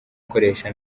gukoresha